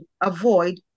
avoid